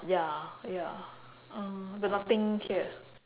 ya ya uh but nothing here